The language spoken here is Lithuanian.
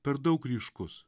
per daug ryškus